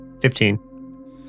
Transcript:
Fifteen